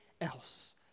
else